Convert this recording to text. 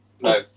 No